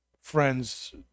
friends